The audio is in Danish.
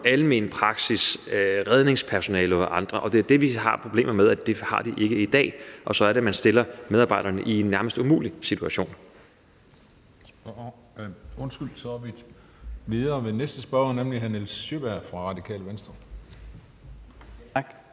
almen praksis, redningspersonale og andre. Og det er jo det, vi har problemet med, at de ikke i dag, og så er det, man stiller medarbejderne i en nærmest umulig situation. Kl. 12:45 Den fg. formand (Christian Juhl): Så er vi videre til næste spørger, nemlig hr. Nils Sjøberg fra Radikale Venstre. Kl.